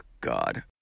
God